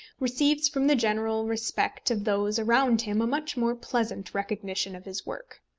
receives from the general respect of those around him a much more pleasant recognition of his worth.